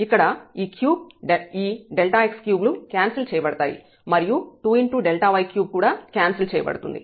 ఇక్కడ ఈ క్యూబ్ ఈ Δx3క్యాన్సిల్ చేయబడతాయి మరియు 2Δy3కూడా క్యాన్సిల్ చేయబడుతుంది